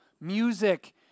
music